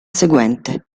seguente